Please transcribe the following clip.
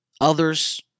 others